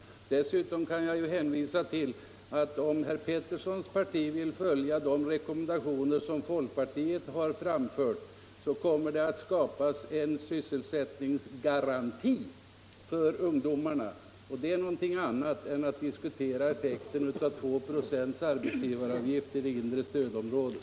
Dessutom vill jag framhålla att det, om herr Petterssons parti vill följa de rekommendationer som folkpartiet framfört, kommer att skapas en sysselsättningsgaranti för ungdomarna, och det är något annat än att diskutera effekten av 2 96 arbetsgivaravgift i det inre stödområdet.